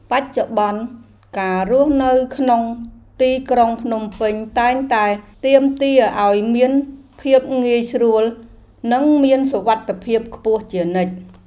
បច្ចុប្បន្ន ការរស់នៅក្នុងទីក្រុងភ្នំពេញតែងតែទាមទារឱ្យមានភាពងាយស្រួលនិងមានសុវត្ថិភាពខ្ពស់ជានិច្ច។